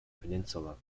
peninsula